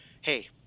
hey